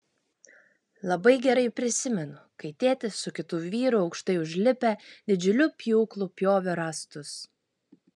labai gerai prisimenu kai tėtis su kitu vyru aukštai užlipę didžiuliu pjūklu pjovė rąstus